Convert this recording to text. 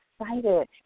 excited